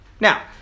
Now